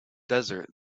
desert